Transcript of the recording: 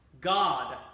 God